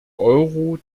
euro